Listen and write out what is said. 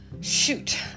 shoot